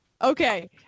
Okay